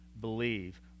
believe